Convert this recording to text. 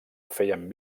feien